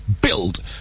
build